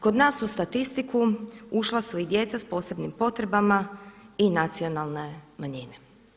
Kod nas u statistiku ušla su i djeca sa posebnim potrebama i nacionalne manjine.